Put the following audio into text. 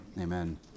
Amen